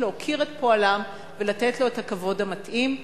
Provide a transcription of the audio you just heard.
להוקיר את פועלם ולתת להם את הכבוד המתאים.